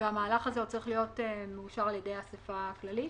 והמהלך הזה צריך להיות מאושר על-ידי האסיפה הכללית?